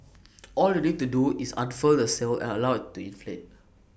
all you need to do is unfurl the sail and allow IT to inflate